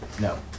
No